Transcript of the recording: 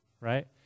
right